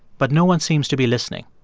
but no one seems to be listening.